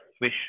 wish